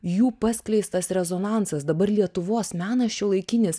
jų paskleistas rezonansas dabar lietuvos menas šiuolaikinis